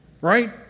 Right